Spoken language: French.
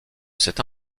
cette